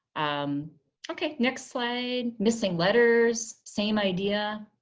um okay next slide. missing letters, same idea,